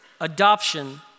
Adoption